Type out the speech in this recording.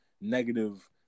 negative